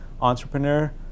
entrepreneur